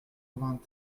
vingt